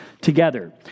together